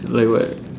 like what